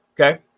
Okay